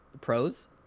pros